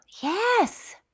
Yes